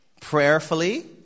prayerfully